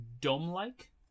dome-like